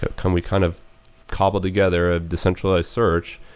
um we kind of cobbled together a decentralized search,